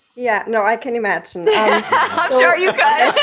yeah, no, i can imagine. i'm sure you could.